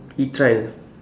e-trial